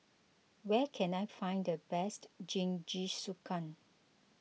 where can I find the best Jingisukan